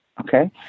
Okay